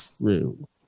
true